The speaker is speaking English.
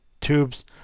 tubes